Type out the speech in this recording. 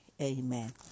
Amen